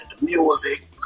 music